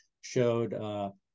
showed